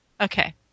Okay